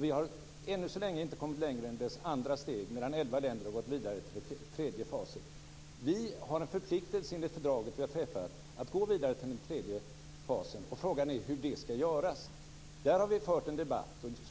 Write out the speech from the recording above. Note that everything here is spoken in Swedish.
Vi har ännu så länge inte kommit längre än dess andra steg, medan elva länder har gått vidare till den tredje fasen. Enligt fördraget vi har träffat har vi en förpliktelse att gå vidare till den tredje fasen, och frågan är hur det ska göras. Där har vi fört en debatt.